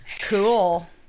Cool